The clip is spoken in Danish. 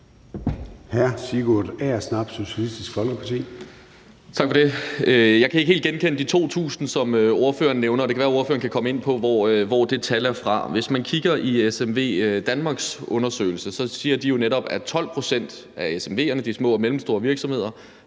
Jeg kan ikke helt genkende de 2.000, som ordføreren nævner. Det kan være, ordføreren kan komme ind på, hvor det tal er fra. Hvis man kigger i SMVdanmarks undersøgelse, står der jo netop, at 12 pct. af SMV'erne, de små og mellemstore virksomheder,